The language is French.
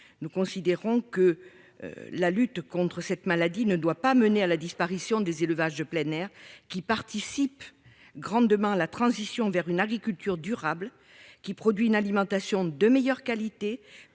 nous considérons que la lutte contre cette maladie ne doit pas mener à la disparition des élevages de plein air qui participe grandement la transition vers une agriculture durable, qui produit une alimentation de meilleure qualité,